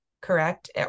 correct